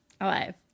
alive